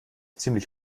ziemlich